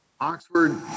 Oxford